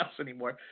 anymore